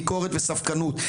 ביקורת וספקנות.